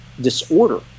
disorder